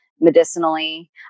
medicinally